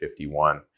51